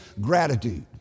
gratitude